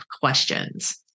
questions